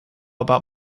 about